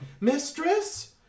Mistress